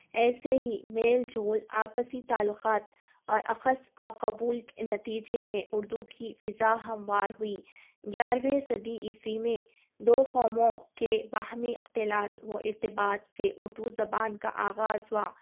ایسے ہی میل جول آپسی تعلقات اور اخذ و قبول نتیجے میں اُردو کی فضا ہموار ہوئی گیارہویں صدی عیسوی میں دو قوموں کے باہمی اقتلاط و ارتباط سے اُردو زبان کا آغاز ہُوا